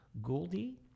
Gouldy